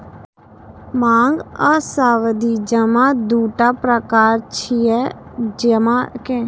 मांग आ सावधि जमा दूटा प्रकार छियै जमा के